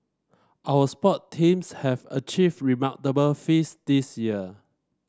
our sport teams have achieved remarkable feats this year